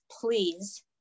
please